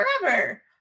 forever